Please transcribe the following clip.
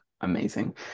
amazing